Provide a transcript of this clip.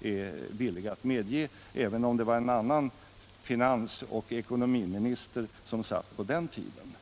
är villig medge, även om det var en annan finansoch ekonomiminister som satt på den tiden.